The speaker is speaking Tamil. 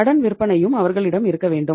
கடன் விற்பனையும் அவர்களிடம் இருக்க வேண்டும்